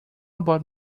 about